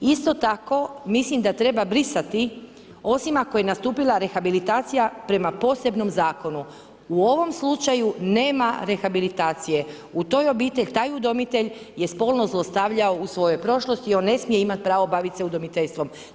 Isto tako mislim da treba brisati, osim ako je nastupila rehabilitacija prema posebnom zakonu, u ovom slučaju nema rehabilitacije, u toj obitelji, taj udomitelj je spolno zlostavljao u svojoj prošlosti i on ne smije imati pravo baviti se udomiteljstvom.